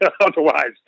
Otherwise